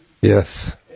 Yes